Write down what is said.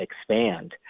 expand